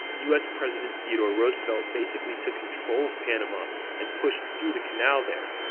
us president theodore roosevelt basically took control of panama and pushed through the canal there,